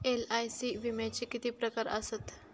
LIC विम्याचे किती प्रकार आसत?